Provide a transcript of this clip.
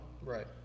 Right